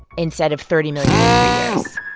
instead of thirty million in three years